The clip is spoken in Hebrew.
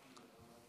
נהרי.